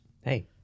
Hey